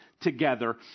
together